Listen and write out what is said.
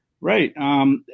right